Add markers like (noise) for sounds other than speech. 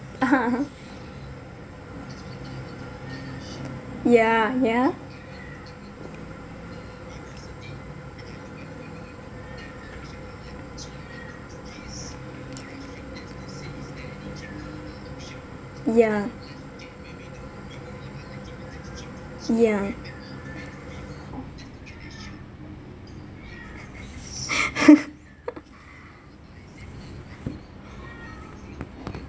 (uh huh) !huh! yeah yeah yeah yeah (laughs)